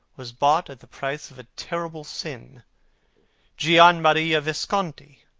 was bought at the price of a terrible sin gian maria visconti,